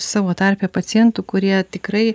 savo tarpe pacientų kurie tikrai